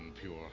pure